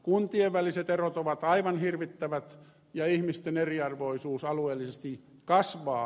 kuntien väliset erot ovat aivan hirvittävät ja ihmisten eriarvoisuus alueellisesti kasvaa